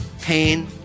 pain